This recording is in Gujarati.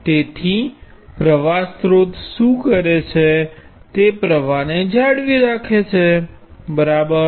તેથી પ્રવાહ સ્ત્રોત શું કરે છે તે પ્રવાહ ને જાળવી રાખે છે બરાબર